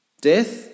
death